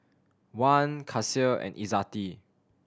Wan Kasih and Izzati